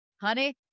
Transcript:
honey